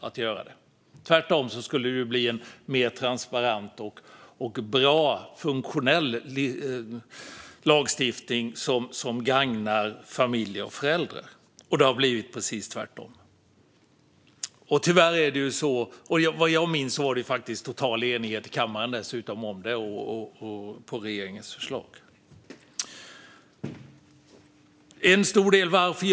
Det skulle tvärtom bli en mer transparent, bättre och funktionell lagstiftning som skulle gagna familjer och föräldrar. Men det har blivit precis tvärtom. Vad jag minns var det dessutom total enighet i kammaren om regeringens förslag. Fru talman!